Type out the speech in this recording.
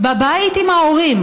בבית עם ההורים,